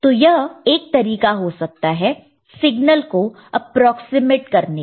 तो यह एक तरीका हो सकता है सिग्नल को अप्रॉक्सिमेट करने का